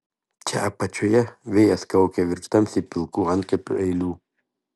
čia apačioje vėjas kaukia virš tamsiai pilkų antkapių eilių